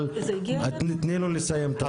אבל תני לו לסיים.